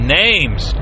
names